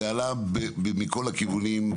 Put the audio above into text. זה עלה מכל הכיוונים,